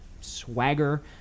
swagger